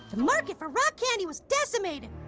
market for rock candy was decimated.